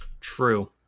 True